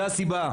זו הסיבה.